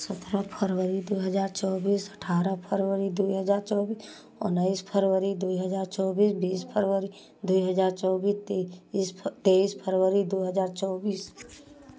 सत्रह फरवरी दो हजार चौबीस अठारह फरवरी दुई हजार चौबीस उनइस फरवरी दुई हजार चौबीस बीस फरवरी दुई हजार चौबीस तीस फर तेईस फरवरी दो हजार चौबीस